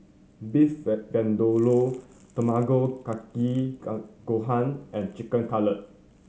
Beef Vindaloo Tamago Kake Gohan and Chicken Cutlet